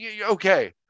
okay